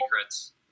secrets